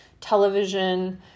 television